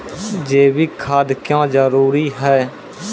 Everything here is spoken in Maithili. जैविक खाद क्यो जरूरी हैं?